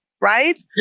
right